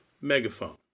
Megaphone